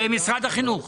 במשרד החינוך.